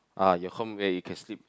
ah your home where you can sleep